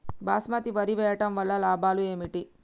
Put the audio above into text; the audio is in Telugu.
బాస్మతి వరి వేయటం వల్ల లాభాలు ఏమిటి?